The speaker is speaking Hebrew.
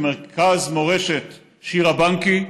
עם מרכז מורשת שירה בנקי,